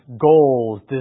goals